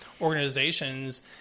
organizations –